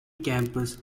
campus